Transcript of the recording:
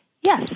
Yes